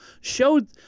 showed